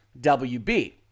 WB